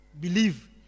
believe